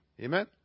Amen